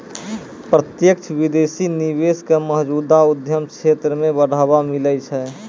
प्रत्यक्ष विदेशी निवेश क मौजूदा उद्यम क्षेत्र म बढ़ावा मिलै छै